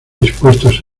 dispuestos